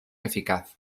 eficaz